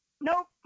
Nope